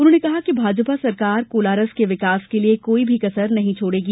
उन्होंने कहा कि भाजपा सरकार कोलारस के विकास के लिये कोई कसर नहीं छोड़गी